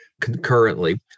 concurrently